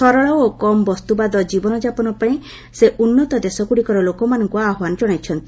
ସରଳ ଓ କମ୍ ବସ୍ତୁବାଦ ଜୀବନଯାପନ ପାଇଁ ସେ ଉନ୍ନତ ଦେଶଗୁଡ଼ିକର ଲୋକମାନଙ୍କୁ ଆହ୍ୱାନ ଜଣାଇଛନ୍ତି